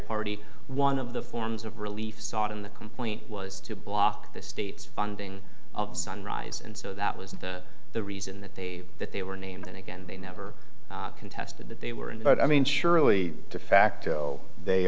party one of the forms of relief sought in the complaint was to block the state funding of sunrise and so that was the reason that they that they were named and again they never contested that they were in but i mean surely de facto they